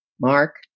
Mark